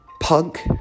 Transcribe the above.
Punk